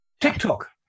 TikTok